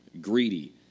greedy